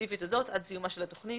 הספציפית הזאת עד סיומה של התוכנית,